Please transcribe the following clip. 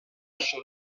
شرف